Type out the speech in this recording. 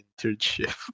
internship